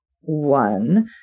one